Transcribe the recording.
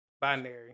Binary